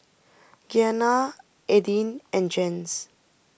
Gianna Aidyn and Jens